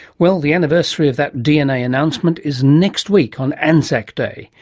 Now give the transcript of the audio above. well, the anniversary of that dna announcement is next week, on anzac day,